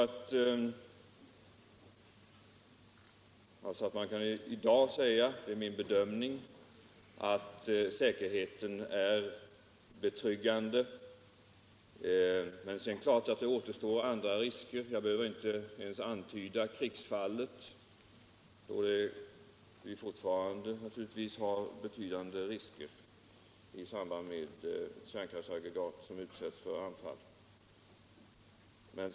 Därför kan man i dag säga — det är min bedömning — att säkerheten är fullt betryggande. Men sedan är det klart att andra risker återstår att eliminera. Jag behöver väl inte ens antyda krigsfallet, då det naturligtvis fortfarande finns betydande risker i samband med att kärnkraftsaggregat kan utsättas för anfall.